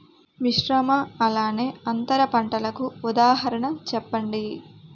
మిశ్రమ అలానే అంతర పంటలకు ఉదాహరణ చెప్పండి?